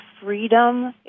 freedom